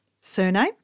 surname